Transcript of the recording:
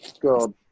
God